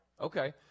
Okay